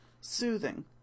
soothing